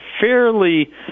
fairly